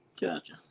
Gotcha